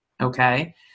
Okay